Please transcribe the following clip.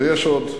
ויש עוד.